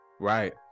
Right